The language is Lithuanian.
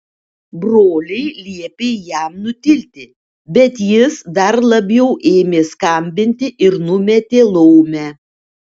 broliai liepė jam nutilti bet jis dar labiau ėmė skambinti ir numetė laumę